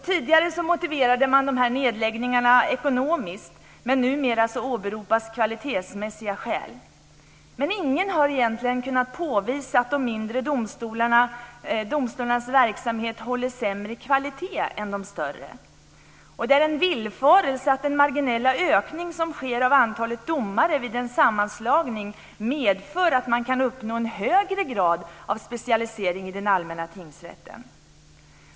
Tidigare motiverade regeringen nedläggningarna ekonomiskt. Numera åberopas kvalitetsmässiga skäl. Ingen har egentligen kunnat påvisa att de mindre domstolarnas verksamhet håller sämre kvalitet än de större. Det är en villfarelse att den marginella ökning som sker av antalet domare vid en sammanslagning medför att man kan uppnå en högre grad av specialisering i den allmänna tingsrätten.